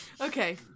Okay